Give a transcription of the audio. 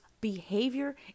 behavior